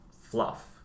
fluff